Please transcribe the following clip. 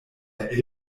der